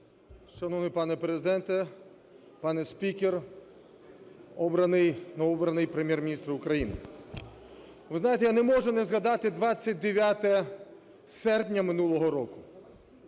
Шановний пане Президенте, пане спікере, новообраний Прем'єр-міністре України! Ви знаєте, я не можу не згадати 29 серпня минулого року.